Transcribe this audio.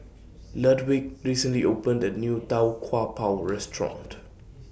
Ludwig recently opened A New Tau Kwa Pau Restaurant